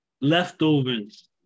leftovers